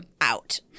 out